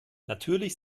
natürlich